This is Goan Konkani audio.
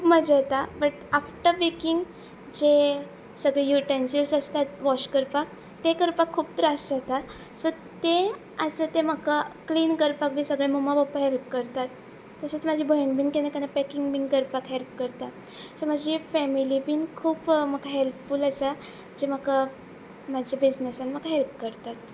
खूब मजा येता बट आफ्टर बेकींग जे सगळे युटेन्सिल्स आसतात वॉश करपाक ते करपाक खूब त्रास जाता सो ते आसा ते म्हाका क्लीन करपाक बी सगळे मम्मा पप्पा हेल्प करतात तशेंच म्हाजे भयण बीन केन्ना केन्ना पॅकींग बी करपाक हेल्प करता सो म्हाजी फॅमिली बीन खूब म्हाका हेल्पफूल आसा जे म्हाका म्हाज्या बिजनेसान म्हाका हेल्प करतात